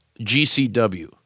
gcw